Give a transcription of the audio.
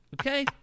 okay